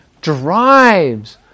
drives